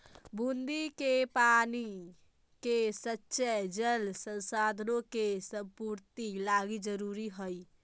बुन्नी के पानी के संचय जल संसाधनों के संपूर्ति लागी जरूरी हई